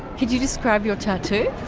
could you describe your tattoo?